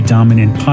Dominant